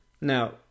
Now